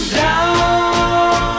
down